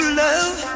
love